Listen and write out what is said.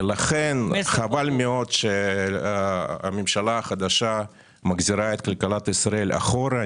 לכן חבל מאוד שהממשלה החדשה מחזירה את כלכלת ישראל אחורה.